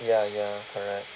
ya ya correct